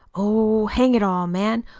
oh, hang it all, man,